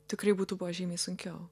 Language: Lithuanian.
tikrai būtų buvę žymiai sunkiau